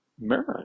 merit